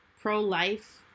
pro-life